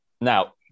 Now